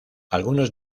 algunos